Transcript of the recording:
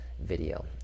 video